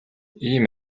ийм